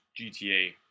GTA